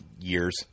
years